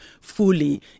fully